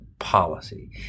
Policy